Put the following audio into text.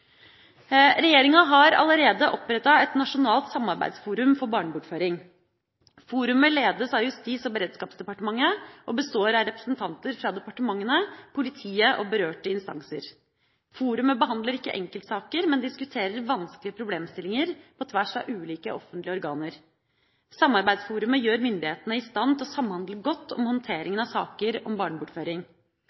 Regjeringa har allerede opprettet et nasjonalt samarbeidsforum for barnebortføring. Forumet ledes av Justis- og beredskapsdepartementet og består av representanter fra departementene, politiet og berørte instanser. Forumet behandler ikke enkeltsaker, men diskuterer vanskelige problemstillinger på tvers av ulike offentlige organer. Samarbeidsforumet gjør myndighetene i stand til å samhandle godt om håndteringa av saker om barnebortføring.